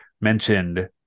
mentioned